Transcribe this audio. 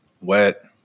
wet